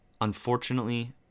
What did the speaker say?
Unfortunately